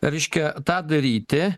reiškia tą daryti